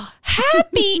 Happy